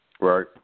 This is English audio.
Right